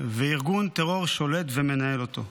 וארגון טרור שולט ומנהל אותו.